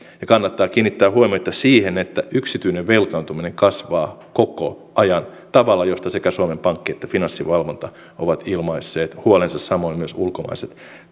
ja kannattaa kiinnittää huomiota siihen että yksityinen velkaantuminen kasvaa koko ajan tavalla josta sekä suomen pankki että finanssivalvonta ovat ilmaisseet huolensa samoin myös ulkomaiset